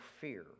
fear